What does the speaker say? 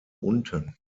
unten